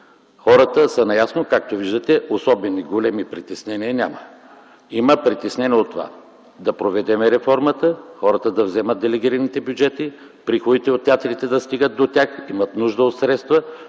Хората са наясно. Както виждате, особено големи притеснения няма. Има притеснения относно това как да проведем реформата, хората да вземат делегираните бюджети, приходите от театрите да стигат до тях, защото имат нужда от средства.